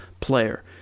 player